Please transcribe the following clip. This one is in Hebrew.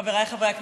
חבריי חברי הכנסת,